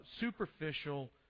superficial